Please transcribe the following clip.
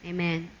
Amen